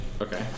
Okay